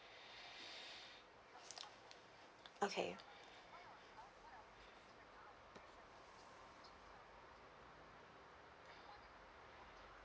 okay